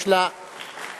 יש לה, לא.